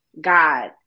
God